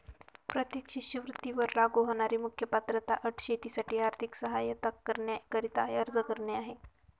प्रत्येक शिष्यवृत्ती वर लागू होणारी मुख्य पात्रता अट शेतीसाठी आर्थिक सहाय्यता करण्याकरिता अर्ज करणे आहे